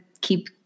keep